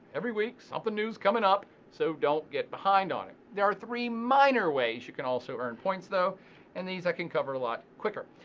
every week something new's coming up so don't get behind on it. there are three minor ways you can also earn points though and these i can cover a lot quicker.